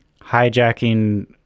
hijacking